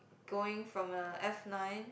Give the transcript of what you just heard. going from a F-nine